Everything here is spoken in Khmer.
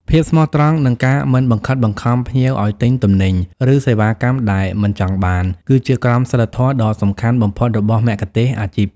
ភាពស្មោះត្រង់ និងការមិនបង្ខិតបង្ខំភ្ញៀវឱ្យទិញទំនិញ ឬសេវាកម្មដែលមិនចង់បាន គឺជាក្រមសីលធម៌ដ៏សំខាន់បំផុតរបស់មគ្គុទ្ទេសក៍អាជីព។